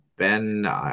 Ben